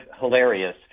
hilarious